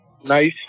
Nice